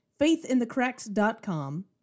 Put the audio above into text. faithinthecracks.com